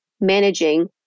managing